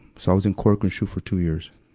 so i was in corcoran shu for two years.